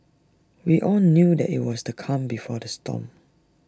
we all knew that IT was the calm before the storm